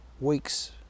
weeks